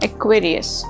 Aquarius